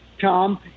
Tom